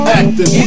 acting